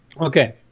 Okay